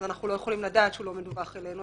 אנחנו לא יכולים לדעת שהוא לא מדווח אלינו.